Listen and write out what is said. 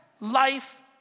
life